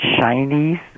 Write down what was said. Chinese